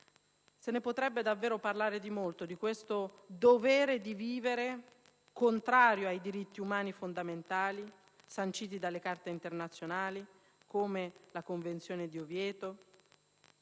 Se ne potrebbe davvero parlare molto di questo dovere di vivere, contrario ai diritti umani fondamentali, sanciti dalle carte internazionali, come la Convenzione di Oviedo,